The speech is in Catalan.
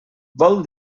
vol